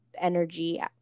energy